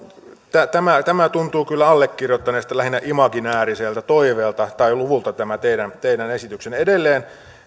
tämä tämä tuntuu kyllä allekirjoittaneesta lähinnä imaginääriseltä luvulta toiveelta tämä teidän teidän esityksenne edelleen